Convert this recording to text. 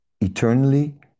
eternally